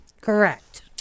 Correct